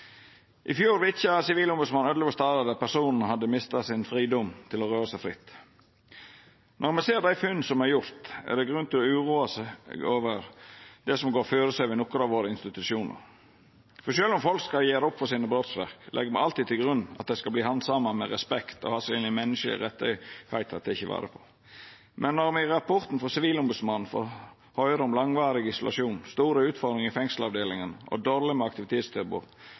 I fjor vitja Sivilombodsmannen elleve stader der personen hadde mista sin fridom til å røra seg fritt. Når me ser dei funna som er gjorde, er det grunn til å uroa seg over det som går føre seg ved nokre av institusjonane våre. For sjølv om folk skal gjera opp for brotsverka sine, legg me alltid til grunn at dei skal verta handsama med respekt og få menneskerettane sine tekne vare på. Men når me i rapporten frå Sivilombodsmannen får høyra om langvarig isolasjon, store utfordringar i fengselsavdelingar og dårleg med